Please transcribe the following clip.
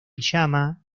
pijama